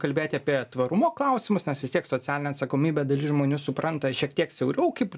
kalbėti apie tvarumo klausimus nes vis tiek socialinę atsakomybę dalis žmonių supranta šiek tiek siauriau kaip